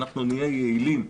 נהיה יעילים,